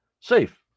safe